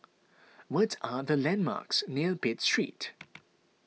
what are the landmarks near Pitt Street